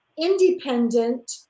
independent